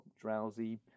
drowsy